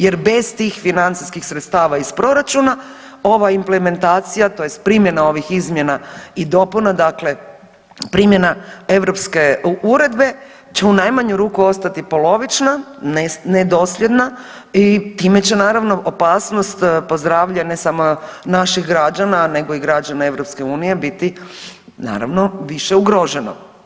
Jer bez tih financijskih sredstava iz proračuna ova implementacija, tj. primjena ovih izmjena i dopuna, dakle primjena europske uredbe će u najmanju ruku ostati polovična, nedosljedna i time će naravno opasnost po zdravlje ne samo naših građana, nego i građana EU biti naravno više ugroženo.